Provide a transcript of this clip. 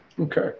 Okay